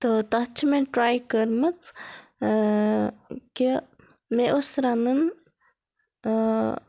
تہٕ تَتھ چھِ مےٚ ٹرٛاے کٔرمٕژ کہِ مےٚ اوس رَنُن